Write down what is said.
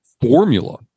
formula